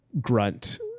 grunt